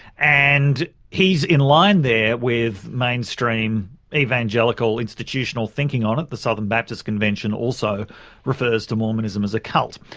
and he's in line there with mainstream evangelical institutional thinking on it. the southern baptist convention also refers to mormonism as a cult.